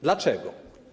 Dlaczego?